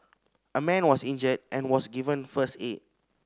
a man was injured and was given first aid